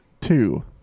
two